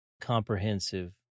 Comprehensive